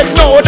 no